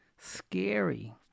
scary